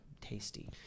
tasty